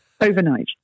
overnight